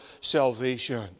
salvation